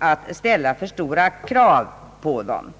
att ställa för stora krav på dem.